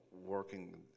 working